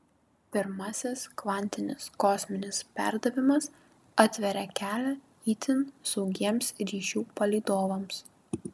pirmasis kvantinis kosminis perdavimas atveria kelią itin saugiems ryšių palydovams